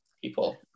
people